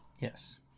Yes